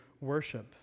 worship